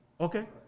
Okay